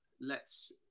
lets